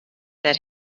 that